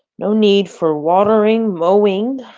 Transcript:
no need for watering, mowing,